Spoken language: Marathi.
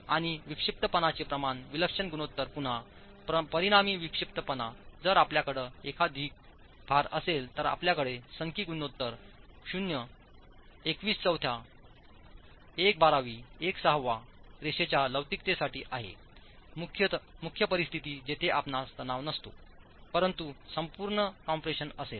आणि विक्षिप्तपणाचे प्रमाण विलक्षण गुणोत्तर पुन्हा परिणामी विक्षिप्तपणा जर आपल्याकडे एकाधिक भार असेल तर आपल्याकडे सनकी गुणोत्तर 0 एकवीस चौथ्या एक बारावी एक सहावा रेषेच्या लवचिकतेसाठी आहेमुख्य परिस्थिती जिथे आपणास तणाव नसतो परंतु संपूर्ण कम्प्रेशन असेल